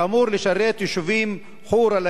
שאמור לשרת את היישובים חורה,